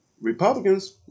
Republicans